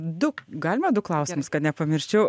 du galima du klausimus kad nepamirščiau